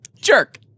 jerk